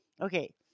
Okay